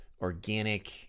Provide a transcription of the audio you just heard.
organic